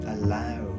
Allow